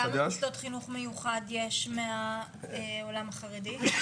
כמה מוסדות לחינוך מיוחד יש בעולם החרדי?